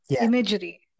imagery